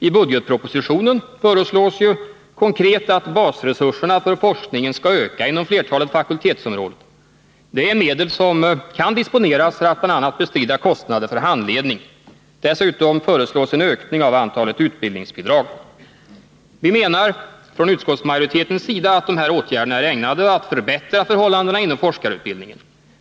I budgetpropositionen föreslås konkret att basresurserna för forskningen skall öka inom flertalet fakultetsområden. Det är medel som man kan disponera för att bl.a. bestrida kostnader för handledning. Dessutom föreslås en ökning av antalet utbildningsbidrag. Vi menar från utskottsmajoritetens sida att de här åtgärderna är ägnade att förbättra förhållandena inom forskarutbildningen.